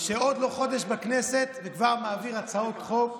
שעוד לא חודש בכנסת וכבר מעביר הצעות חוק